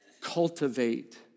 Cultivate